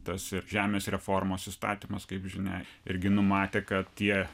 tas ir žemės reformos įstatymas kaip žinia irgi numatė kad tie